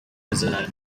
desire